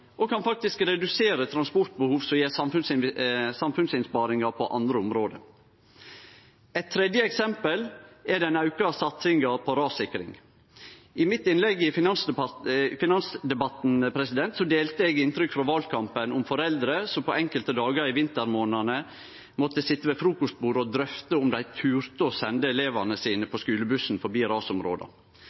og kan faktisk redusere transportbehov, noko som gjev samfunnsinnsparingar på andre område. Eit tredje eksempel er den auka satsinga på rassikring. I innlegget mitt i finansdebatten delte eg inntrykk frå valkampen om foreldre som på enkelte dagar i vintermånadane måtte sitje ved frukostbordet og drøfte om dei torde å sende elevane sine på skulebussen forbi rasområda.